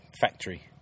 factory